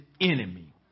enemy